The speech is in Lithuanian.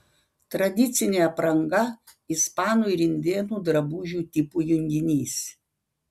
tradicinė apranga ispanų ir indėnų drabužių tipų junginys